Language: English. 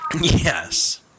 Yes